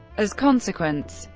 as consequence,